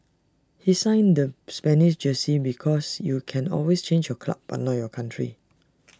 he signed the Spanish jersey because you can always change your club but not your country